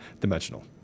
dimensional